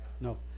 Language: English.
No